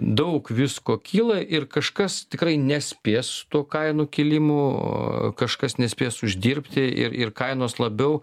daug visko kyla ir kažkas tikrai nespės su tuo kainų kilimu kažkas nespės uždirbti ir ir kainos labiau